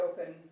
open